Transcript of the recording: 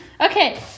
Okay